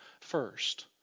first